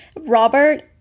Robert